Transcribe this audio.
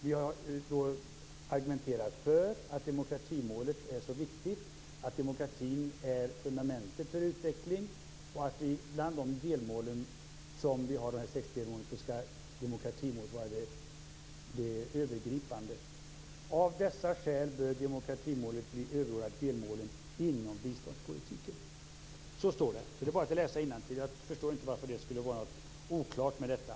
Vi har argumenterat för att demokratimålet är så viktigt, att demokratin är fundamentet för utveckling och att bland de sex delmål som vi har ska demokratimålet vara det övergripande. Det står: "Av dessa skäl bör demokratimålet bli överordnat delmålen inom biståndspolitiken." Det är bara att läsa innantill. Jag förstår inte varför det skulle vara något oklart med detta.